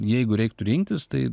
jeigu reiktų rinktis tai